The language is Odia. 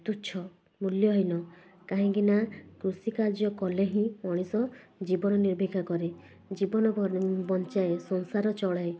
ତୁଚ୍ଛ ମୂଲ୍ୟହୀନ କାହିଁକି ନା କୃଷି କାର୍ଯ୍ୟ କଲେ ହିଁ ମଣିଷ ଜୀବନ ନିର୍ବିକା କରେ ଜୀବନ ବଞ୍ଚାଏ ସଂସାର ଚଳାଏ